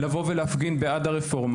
לבוא ולהפגין בעד הרפורמה,